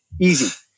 Easy